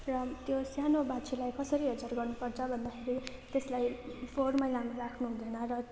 र त्यो सानो बाछीलाई कसरी हेरचार गर्नुपर्छ भन्दाखेरि त्यसलाई फोहोर मैलामा राख्नुहुँदैन र